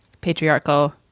patriarchal